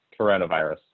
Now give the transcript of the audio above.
coronavirus